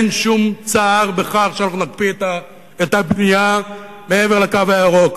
אין שום צער בכך שאנחנו נקפיא את הבנייה מעבר ל"קו הירוק",